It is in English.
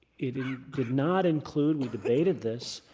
it did not include, we debated this,